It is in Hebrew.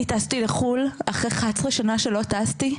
אני טסתי לחו"ל אחרי 11 שנה שלא טסתי,